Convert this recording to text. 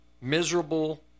miserable